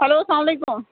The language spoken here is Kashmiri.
ہیٚلو سلام علیکُم